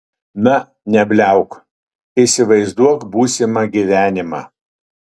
na nebliauk įsivaizduok būsimą gyvenimą